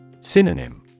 Synonym